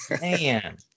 man